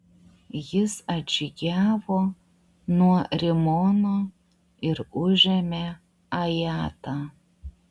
jis atžygiavo nuo rimono ir užėmė ajatą